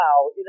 Wow